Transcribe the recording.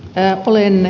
olen ed